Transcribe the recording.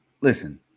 listen